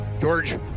George